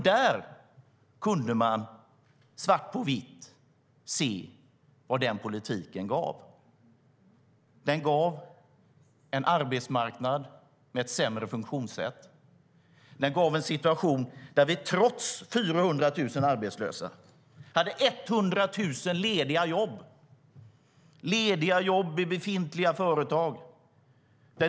Där kunde man svart på vitt se vad den politiken gav. Den gav en arbetsmarknad med ett sämre funktionssätt. Den gav en situation där vi trots 400 000 arbetslösa hade 100 000 lediga jobb i befintliga företag.